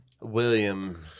William